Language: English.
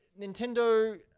Nintendo